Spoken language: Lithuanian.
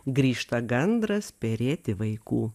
grįžta gandras perėti vaikų